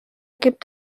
gibt